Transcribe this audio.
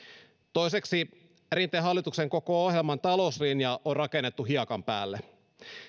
toiseksi rinteen hallituksen koko ohjelman talouslinja on rakennettu hiekan päälle